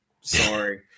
sorry